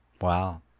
Wow